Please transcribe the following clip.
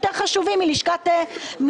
יותר חשובים אולי.